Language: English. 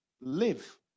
Live